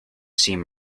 seem